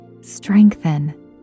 strengthen